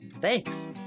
Thanks